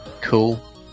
Cool